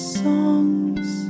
songs